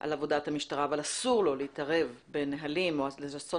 על עבודת המשטרה אבל אסור לו להתערב בנהלים או לנסות